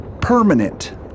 permanent